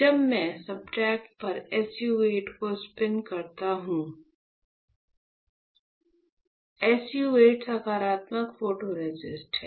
जब मैं सब्सट्रेट पर SU 8 को स्पिन करता हूं SU 8 नकारात्मक फोटोरेसिस्ट है